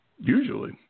Usually